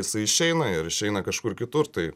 jisai išeina ir išeina kažkur kitur tai